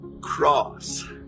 cross